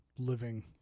Living